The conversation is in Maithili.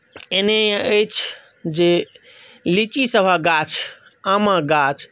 एनहिए अछि जे लीचीसभक गाछ आमक गाछ